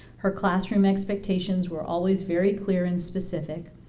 her classroom expectations were always very clear and specific.